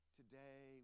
today